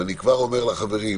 אני כבר אומר לחברים,